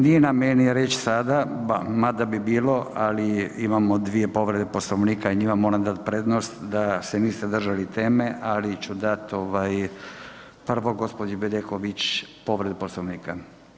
Nije na meni reć sada mada bi bilo ali imamo dvije povrede Poslovnika, i njima moram dat prednost da se niste držali teme, ali ću dat prvo gđi. Bedeković povredu Poslovnika.